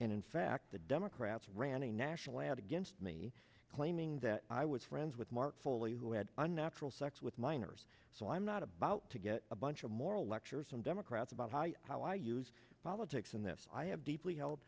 and in fact the democrats ran a national ad against me claiming that i was friends with mark foley who had a natural sex with minors so i'm not about to get a bunch of moral lectures from democrats about how i how i use politics in this i have deeply held